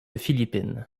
philippine